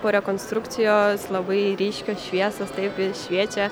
po rekonstrukcijos labai ryškios šviesos taip jis šviečia